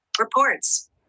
Reports